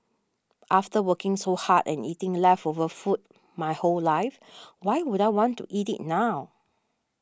after working so hard and eating leftover food my whole life why would I want to eat it now